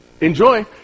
Enjoy